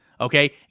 Okay